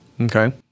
Okay